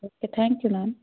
okay thank you ma'am